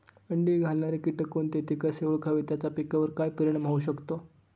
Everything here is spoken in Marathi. अंडी घालणारे किटक कोणते, ते कसे ओळखावे त्याचा पिकावर काय परिणाम होऊ शकतो?